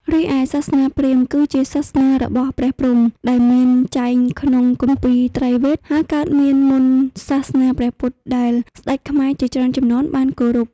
រីឯសាសនាព្រាហ្មណ៍គឺជាសាសនារបស់ព្រះព្រហ្មដែលមានចែងក្នុងគម្ពីត្រៃវេទហើយកើតមានមុនសាសនាព្រះពុទ្ធដែលស្តេចខ្មែរជាច្រើនជំនាន់បានគោរព។